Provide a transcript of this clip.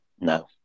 No